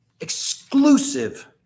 exclusive